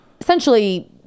essentially